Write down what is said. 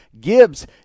Gibbs